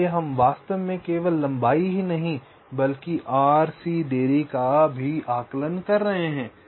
इसलिए हम वास्तव में केवल लंबाई ही नहीं बल्कि RC देरी का भी आकलन कर रहे हैं